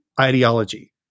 ideology